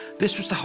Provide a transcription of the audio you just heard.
this was the whole.